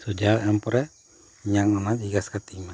ᱥᱚᱡᱷᱟᱣ ᱮᱢ ᱯᱚᱨᱮ ᱤᱧᱟᱹᱜ ᱚᱱᱟ ᱡᱤᱜᱽᱜᱮᱥ ᱠᱟᱛᱤᱧ ᱢᱮ